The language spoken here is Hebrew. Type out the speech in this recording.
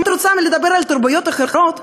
אם את רוצה לדבר על תרבויות אחרות,